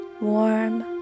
warm